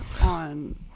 on